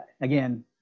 Again